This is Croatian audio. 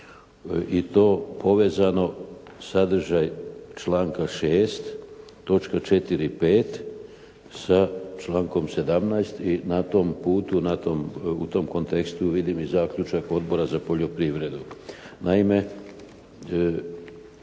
i to povezano sadržaj članka 6. točka 4., 5. sa člankom 17. i na tom putu, na tom, u tom kontekstu vidim i zaključak Odbora za poljoprivredu.